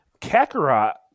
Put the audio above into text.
Kakarot